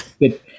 Good